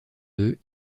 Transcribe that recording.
deux